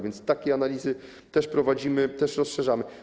Więc takie analizy też prowadzimy, też rozszerzamy.